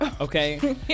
Okay